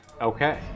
Okay